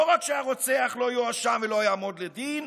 לא רק שהרוצח לא יואשם ולא יעמוד לדין,